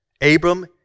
Abram